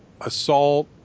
assault